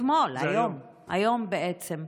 לא אתמול, היום, היום, בעצם.